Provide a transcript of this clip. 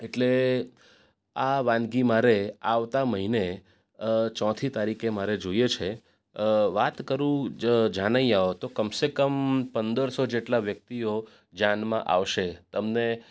એટલે આ વાનગી મારે આવતા મહિને ચોથી તરીખે મારે જોઈએ છે વાત કરું જ જાનૈયાઓ કમસે કમ પંદરસો જેટલા વ્યક્તિઓ જાનમાં આવશે તમને